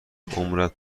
عمرت